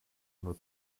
nur